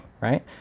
right